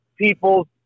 people